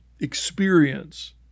experience